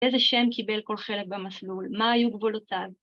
‫איזה שם קיבל כל חלק במסלול? ‫מה היו גבולותיו?